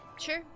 Sure